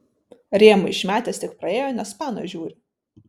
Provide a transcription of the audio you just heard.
rėmą išmetęs tik praėjo nes panos žiūri